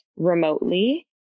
remotely